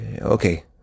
Okay